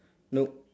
nope